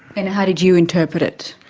and how did you interpret it?